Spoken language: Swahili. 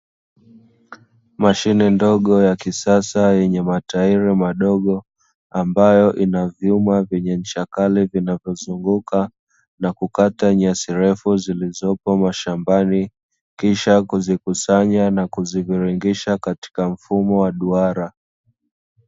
Mashine ndogo ya kisasa yenye matairi madogo ambayo inavyuma vyenye ncha kali vinavozunguka na kukata nyasi refu zilizopo mashambani, kisha kuzikusanya na kuziviringisha katika mfumo wa duara.